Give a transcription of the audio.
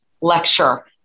lecture